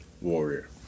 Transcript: Warrior